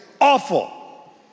awful